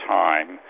time